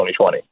2020